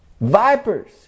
vipers